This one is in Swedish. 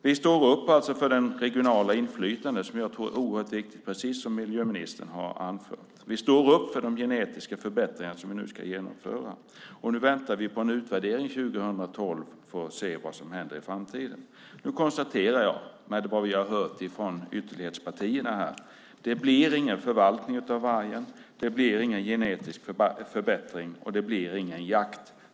Vi står alltså upp för det regionala inflytande som jag tror är oerhört viktigt, precis som miljöministern har anfört. Vi står upp för de genetiska förbättringar som vi nu ska genomföra. Nu väntar vi på en utvärdering 2012 för att se vad som händer i framtiden. Efter att ha lyssnat på ytterlighetspartierna här konstaterar jag: Det blir ingen förvaltning av vargen, det blir ingen genetisk förbättring och det blir ingen jakt.